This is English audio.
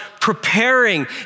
preparing